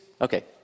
Okay